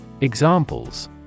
Examples